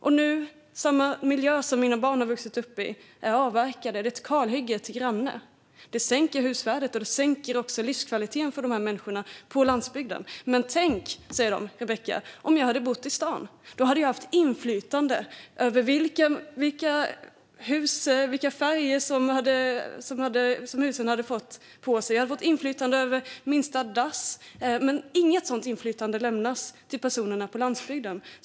Nu är den miljö där deras barn har vuxit upp avverkad, och de har ett kalhygge som granne. Det sänker husvärdet, och det sänker livskvaliteten för dessa människor på landsbygden. Men tänk, Rebecka, säger de, om jag hade bott i stan! Då hade jag haft inflytande över vilka färger husen hade fått; jag hade haft inflytande över minsta dass. Men inget sådant inflytande lämnas till personerna på landsbygden.